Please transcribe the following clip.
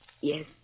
Yes